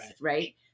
right